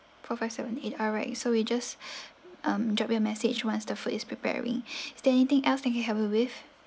four five seven eight alright so we just um drop you a message once the food is preparing is there anything else I can help you with